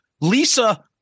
Lisa